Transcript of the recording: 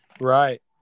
Right